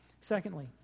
Secondly